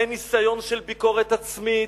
אין ניסיון של ביקורת עצמית,